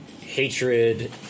hatred